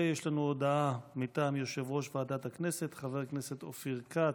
יש לנו הודעה מטעם יושב-ראש ועדת הכנסת חבר הכנסת אופיר כץ,